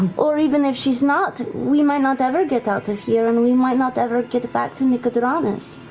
um or even if she's not, we might not ever get out of here and we might not ever get back to nicodranas.